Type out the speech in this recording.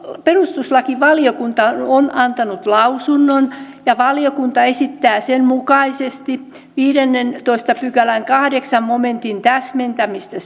perustuslakivaliokunta on antanut lausunnon ja valiokunta esittää sen mukaisesti viidennentoista pykälän kahdeksannen momentin täsmentämistä